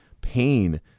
pain